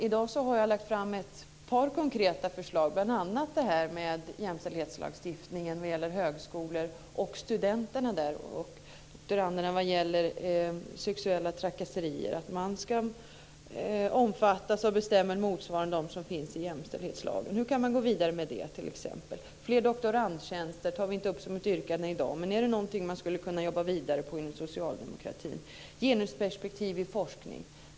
I dag har jag lagt fram ett par konkreta förslag, bl.a. det här om jämställdhetslagstiftningen när det gäller högskolorna. Det gäller sexuella trakasserier och att man ska omfattas av bestämmelser motsvarande dem som finns i jämställdhetslagen. Hur kan man gå vidare med det t.ex.? Vi tar inte upp fler doktorandtjänster som ett yrkande i dag, men är det någonting som man skulle kunna jobba vidare med inom socialdemokratin? Det handlar om ett genusperspektiv i forskningen.